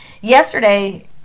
yesterday